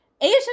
Asian